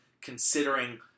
considering